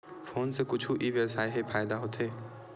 Phone से कुछु ई व्यवसाय हे फ़ायदा होथे?